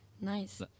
Nice